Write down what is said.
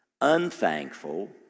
unthankful